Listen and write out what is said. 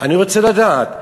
אני רוצה לדעת: